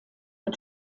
den